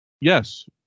Yes